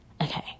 okay